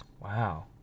Wow